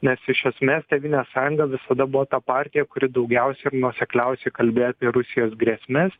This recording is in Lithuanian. nes iš esmės tėvynės sąjunga visada buvo ta partija kuri daugiausiai ir nuosekliausiai kalbėjo apie rusijos grėsmes